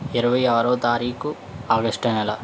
ఇరవై ఆరోవ తారీకు ఆగస్టు నెల